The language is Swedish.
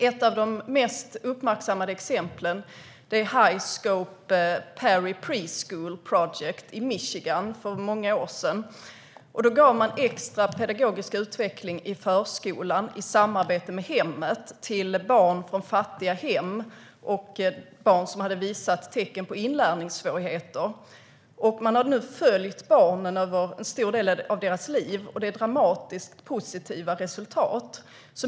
Ett av de mest uppmärksammade exemplen är The High Scope Perry Preschool Project i Michigan för många år sedan. Då gav man extra pedagogisk utveckling i förskolan i samarbete med hemmet till barn från fattiga hem och till barn som visat tecken på inlärningssvårigheter. Man har följt barnen under en stor del av deras liv, och det är dramatiskt positiva resultat.